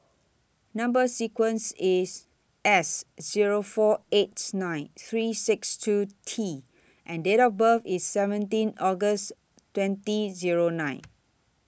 Number sequence IS S Zero four eight nine three six two T and Date of birth IS seventeen August twenty Zero nine